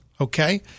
Okay